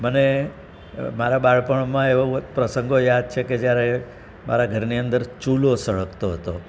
મને મારા બાળપણમાં એવો એક પ્રસંગો યાદ છે કે જ્યારે મારા ઘરની અંદર ચૂલો સળગતો હતો